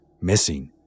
missing